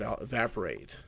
evaporate